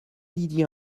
didier